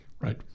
Right